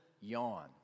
yawn